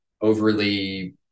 overly